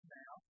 now